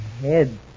head